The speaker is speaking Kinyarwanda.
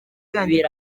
yajyiye